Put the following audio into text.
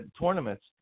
tournaments